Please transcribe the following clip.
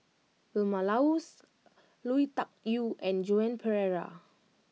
Vilma Laus Lui Tuck Yew and Joan Pereira